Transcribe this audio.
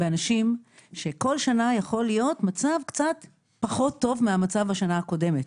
אנשים שכל שנה יכול להיות מצב קצת פחות טוב מהמצב בשנה הקודמת.